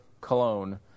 cologne